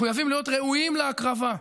מחויבים להיות ראויים להקרבה,